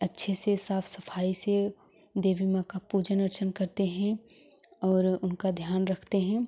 अच्छे से साफ सफाई से देवी माँ का पूजा अर्चना करते हैं और उनका ध्यान रखते हैं